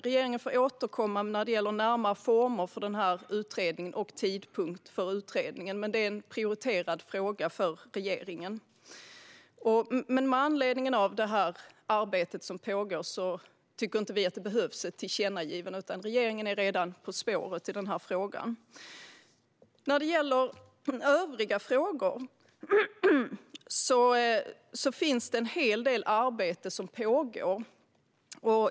Regeringen får återkomma när det gäller de närmare formerna och tidpunkten för den här utredningen, men det är en prioriterad fråga för regeringen. Med anledning av det här arbetet som pågår tycker vi inte att det behövs ett tillkännagivande, utan regeringen är redan på spåret i den här frågan. När det gäller övriga frågor pågår det en hel del arbete.